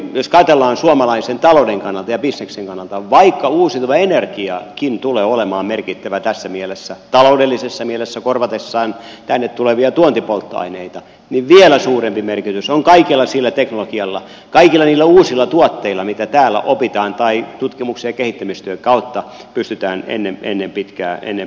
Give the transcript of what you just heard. jos ajatellaan suomalaisen talouden kannalta ja bisneksen kannalta vaikka uusiutuva energiakin tulee olemaan merkittävä tässä mielessä taloudellisessa mielessä korvatessaan tänne tulevia tuontipolttoaineita niin vielä suurempi merkitys on kaikella sillä teknologialla kaikilla niillä uusilla tuotteilla mitä täällä opitaan tai tutkimuksen ja kehittämistyön kautta pystytään ennen pitkää valmistamaan